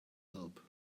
help